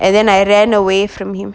and then I ran away from him